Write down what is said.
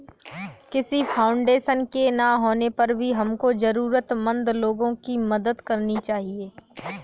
किसी फाउंडेशन के ना होने पर भी हमको जरूरतमंद लोगो की मदद करनी चाहिए